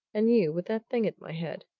and you with that thing at my head.